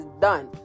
done